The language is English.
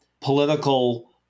political